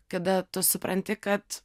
kada tu supranti kad